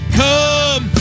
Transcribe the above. come